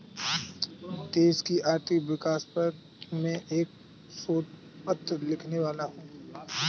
देश की आर्थिक विकास पर मैं एक शोध पत्र लिखने वाला हूँ